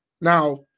Now